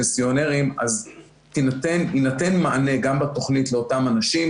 פנסיונרים יינתן מענה בתוכנית גם לאותם אנשים.